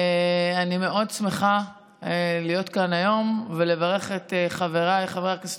אני מאוד שמחה להיות כאן היום ולברך את חבריי חבר הכנסת